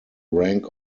rank